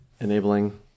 enabling